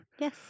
Yes